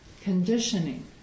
Conditioning